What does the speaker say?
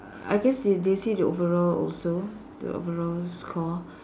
uh I guess they they see the overall also the overall score